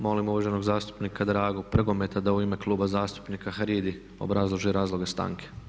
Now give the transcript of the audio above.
Molim uvaženog zastupnika Dragu Prgometa da u ime Kluba zastupnika HRID-i obrazloži razloge stanke.